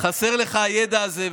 חסר לך הידע הזה.